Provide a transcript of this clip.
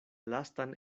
lastan